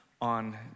on